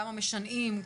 גם המשנעים,